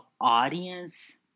audience